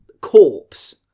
corpse